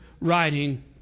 writing